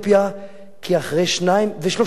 כי אחרי שניים ושלושה עשורים כמעט,